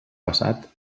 passat